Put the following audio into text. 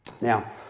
now